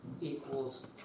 equals